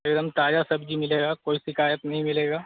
एकदम ताजा सब्जी मिलेगा कोई शिकायत नहीं मिलेगा